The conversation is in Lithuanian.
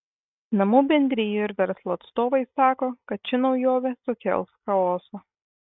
namų bendrijų ir verslo atstovai sako kad ši naujovė sukels chaosą